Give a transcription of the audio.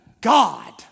God